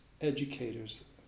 educators